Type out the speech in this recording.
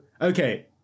okay